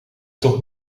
toch